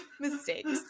mistakes